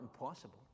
impossible